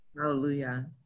Hallelujah